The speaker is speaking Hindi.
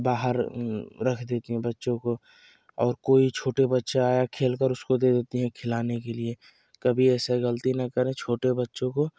बाहर रख देती हैं बच्चों को और कोई छोटे बच्चा खेल कर उसको दे देती हैं खिलाने के लिए कभी ऐसा गलती ना करें छोटे बच्चों को